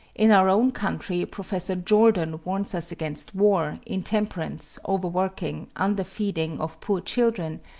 in our own country professor jordan warns us against war, intemperance, overworking, underfeeding of poor children,